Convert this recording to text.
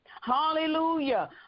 Hallelujah